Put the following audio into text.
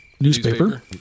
newspaper